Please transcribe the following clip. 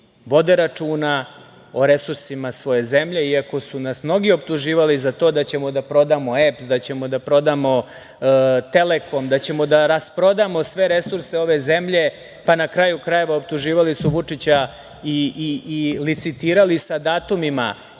vode računa o resursima svoje zemlje, iako su nas mnogi optuživali za to da ćemo da prodamo EPS, da ćemo da prodamo „Telekom“, da ćemo da rasprodamo sve resurse ove zemlje, pa na kraju krajeva optuživali su Vučića i licitirali sa datumima